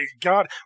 God